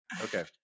okay